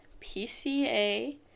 PCA